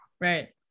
Right